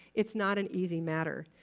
it's not an easy matter.